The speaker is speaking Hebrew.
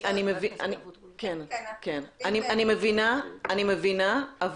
--- אני מבינה, אבל